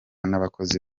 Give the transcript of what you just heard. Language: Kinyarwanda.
n’abakozi